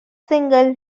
single